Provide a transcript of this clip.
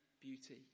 beauty